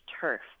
turf